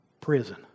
prison